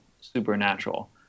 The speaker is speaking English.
supernatural